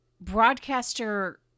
broadcaster –